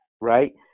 right